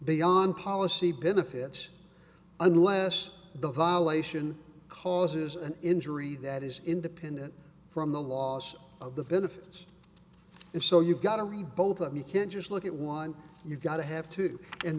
beyond policy benefits unless the violation causes an injury that is independent from the loss of the benefits if so you've got to read both of you can't just look at one you've got to have two and